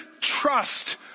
trust